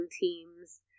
teams